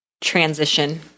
transition